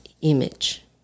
image